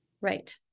Right